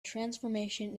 transformation